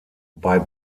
bei